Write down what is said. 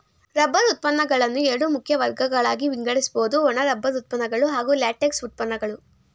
rubber ಉತ್ಪನ್ನಗಳನ್ನು ಎರಡು ಮುಖ್ಯ ವರ್ಗಗಳಾಗಿ ವಿಂಗಡಿಸ್ಬೋದು ಒಣ ರಬ್ಬರ್ ಉತ್ಪನ್ನಗಳು ಹಾಗೂ ಲ್ಯಾಟೆಕ್ಸ್ ಉತ್ಪನ್ನಗಳು